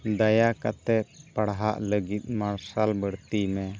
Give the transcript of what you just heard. ᱫᱟᱭᱟ ᱠᱟᱛᱮᱫ ᱯᱟᱲᱦᱟᱜ ᱞᱟᱹᱜᱤᱫ ᱢᱟᱨᱥᱟᱞ ᱵᱟᱹᱲᱛᱤᱭ ᱢᱮ